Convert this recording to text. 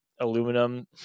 aluminum